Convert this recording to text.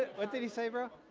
what did he say? but